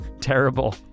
terrible